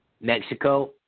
Mexico